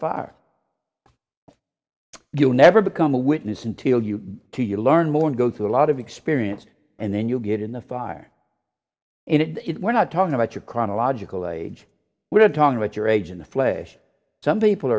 fire you never become a witness until you do you learn more and go through a lot of experience and then you get in the fire and it we're not talking about your chronological age we're talking about your age in the flesh some people